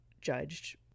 judged